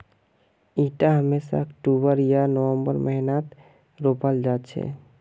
इटा हमेशा अक्टूबर या नवंबरेर महीनात रोपाल जा छे